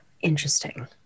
Interesting